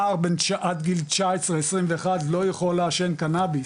נער עד גיל 19-21 לא יכול לעשן קנאביס,